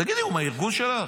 תגידי, הוא מהארגון שלך?